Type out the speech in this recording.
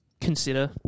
consider